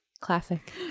Classic